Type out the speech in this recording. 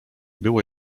było